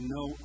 no